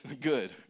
good